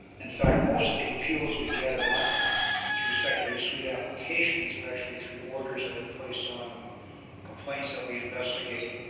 in fact most of the appeals we get are not through secondary suite applications. they're actually through orders that are placed on complaints that we investigate